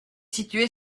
situé